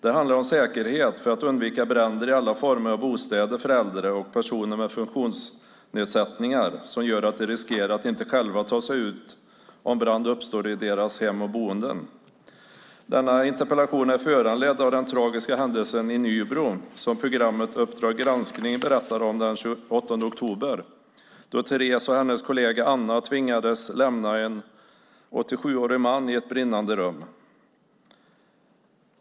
Det handlar om säkerhet för att undvika bränder i alla former av bostäder för äldre och för personer med funktionsnedsättningar som gör att de riskerar att själva inte kunna ta sig ut om brand uppstår i deras hem eller boenden. Denna interpellation är föranledd av den tragiska händelsen i Nybro som programmet Uppdrag granskning berättade om den 28 oktober. Therese och hennes kollega Anna tvingades lämna en 87-årig man i ett brinnande rum.